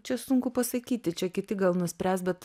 čia sunku pasakyti čia kiti gal nuspręs bet